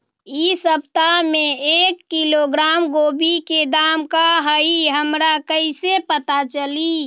इ सप्ताह में एक किलोग्राम गोभी के दाम का हई हमरा कईसे पता चली?